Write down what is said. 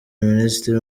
minisitiri